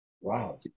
Wow